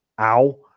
Ow